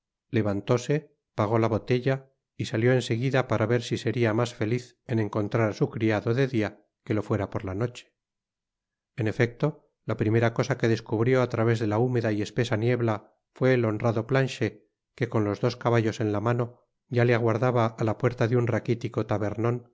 levantóse pagó la botella y salió en seguida para ver si seria mas feliz en encontrar á su criado de dia que lo fuera por la noche en efecto la primera cosa que descubrió á través de la húmeda y espesa niebla fué el honrado planchet que con los dos caballos de la mano ya le aguardaba á la puerta de un raquitico tabernon